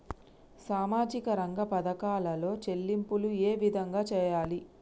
సామాజిక రంగ పథకాలలో చెల్లింపులు ఏ విధంగా చేయాలి?